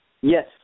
Yes